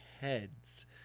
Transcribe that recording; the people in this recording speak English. heads